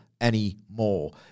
anymore